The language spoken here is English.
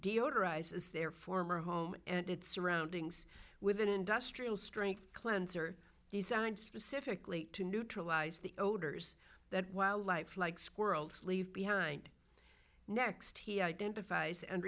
is their former home and its surroundings with an industrial strength cleanser designed specifically to neutralize the odors that wildlife like squirrels leave behind next he identifies and